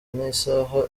n’isaha